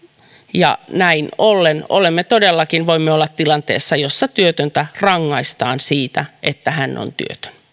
ja näin ollen todellakin voimme olla tilanteessa jossa työtöntä rangaistaan siitä että hän on työtön